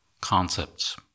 concepts